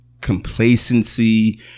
complacency